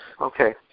okay